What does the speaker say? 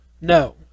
no